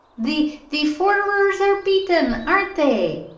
the the forters are beaten, aren't they?